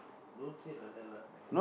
don't say like that lah